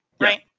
Right